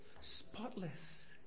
spotless